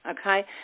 okay